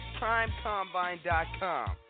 PrimeCombine.com